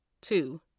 Two